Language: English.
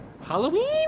Halloween